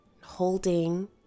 holding